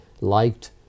liked